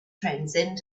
transcend